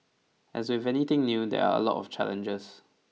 as with anything new there are a lot of challenges